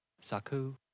Saku